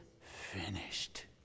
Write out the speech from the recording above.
finished